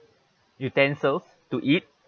utensils to eat